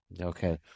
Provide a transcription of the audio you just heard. Okay